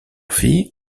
fille